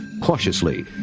Cautiously